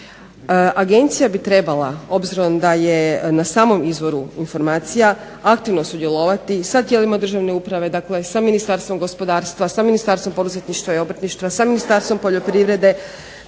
Agencija bi trebala obzirom da je na samom izvoru informacija aktivno sudjelovati sa tijelima državne uprave, dakle sa Ministarstvom gospodarstva, sa Ministarstvom poduzetništva i obrtništva, sa Ministarstvom poljoprivrede,